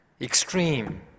Extreme